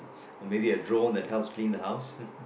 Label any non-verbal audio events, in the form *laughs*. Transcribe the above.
or maybe a drone that helps clean the house *laughs*